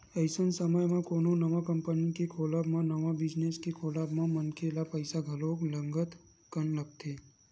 अइसन समे म कोनो नवा कंपनी के खोलब म नवा बिजनेस के खोलब म मनखे ल पइसा घलो नंगत कन लगथे